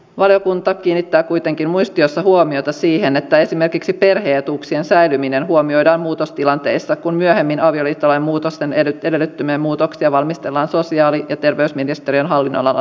valiokunta kiinnittää kuitenkin muistiossa huomiota siihen että esimerkiksi perhe etuuksien säilyminen huomioidaan muutostilanteissa kun myöhemmin avioliittolain muutosten edellyttämiä muutoksia valmistellaan sosiaali ja terveysministeriön hallinnonalan lainsäädäntöön